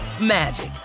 magic